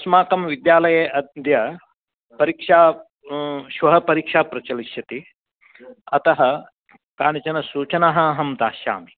अस्माकं विद्यालये अद्य परीक्षा श्वः परीक्षा प्रचलिष्यति अतः काश्चन सूचनाः अहं दास्यामि